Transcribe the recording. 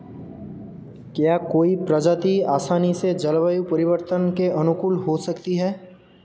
क्या कोई प्रजाति आसानी से जलवायु परिवर्तन के अनुकूल हो सकती है?